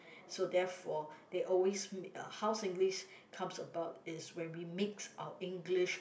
so therefore they always ma~ how Singlish comes about is when we mix our English